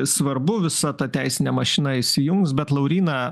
svarbu visa ta teisinė mašina įsijungs bet lauryna